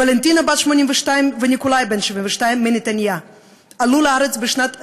ולנטינה בת 82 וניקולאי בן 72 מנתניה עלו לארץ בשנת 2005,